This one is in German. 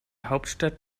hauptstadt